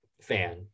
fan